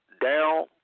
down